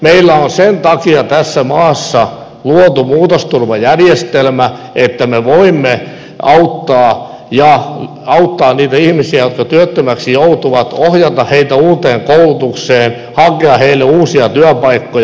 meillä on sen takia tässä maassa luotu muutosturvajärjestelmä että me voimme auttaa niitä ihmisiä jotka työttömäksi joutuvat ohjata heitä uuteen koulutukseen hakea heille uusia työpaikkoja